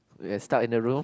we are stuck in a room